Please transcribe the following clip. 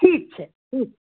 ठीक छै ठीक छै